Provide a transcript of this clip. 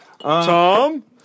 Tom